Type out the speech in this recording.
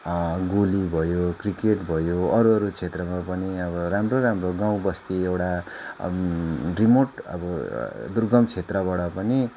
गोली भयो क्रिकेट भयो अरू अरू क्षेत्रमा पनि अब राम्रो राम्रो गाउँबस्ती एउटा रिमोट अब दुर्गम क्षेत्रबाट पनि